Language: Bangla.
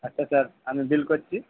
আচ্ছা স্যার আমি বিল করছি